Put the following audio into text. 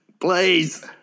please